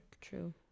true